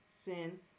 sin